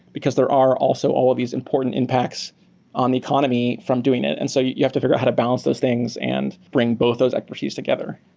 because there are also all of these important impacts on the economy from doing it. and so you you have to figure how to balance those things and bring both those expertise together.